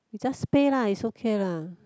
you just pay lah it's okay lah